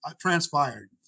transpired